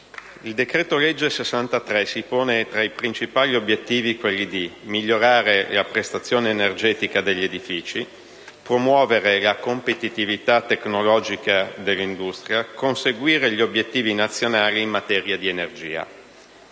il decreto-legge n. 63 si pone, tra i principali obiettivi, quelli di migliorare la prestazione energetica degli edifici, promuovere la competitività tecnologica dell'industria e conseguire gli obiettivi nazionali in materia di energia.